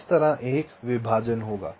तो इस तरह एक विभाजन होगा